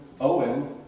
Owen